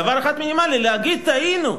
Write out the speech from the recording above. דבר אחד מינימלי, להגיד: טעינו.